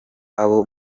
abo